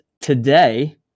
today